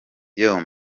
yoooo